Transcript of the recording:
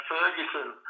Ferguson